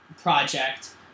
project